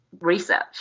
research